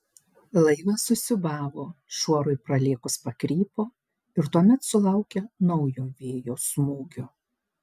laivas susiūbavo šuorui pralėkus pakrypo ir tuomet sulaukė naujo vėjo smūgio